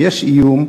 אם יש איום,